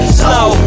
slow